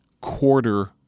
quarter